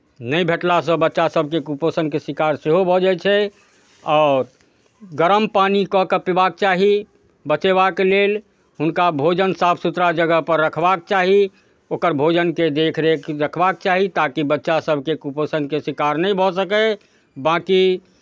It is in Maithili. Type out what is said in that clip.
नहि भेटलासँ बच्चासभके कुपोषणके शिकार सेहो भऽ जाइ छै आओर गरम पानि कऽ कऽ पीबाक चाही बचेबाक लेल हुनका भोजन साफ सुथड़ा जगहपर रखबाक चाही ओकर भोजनके देखरेख देखबाक चाही ताकि बच्चासभके कुपोषणके शिकार नहि भऽ सकय बाँकी